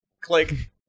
click